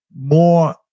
more